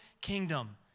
kingdom